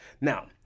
Now